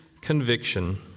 conviction